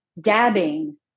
dabbing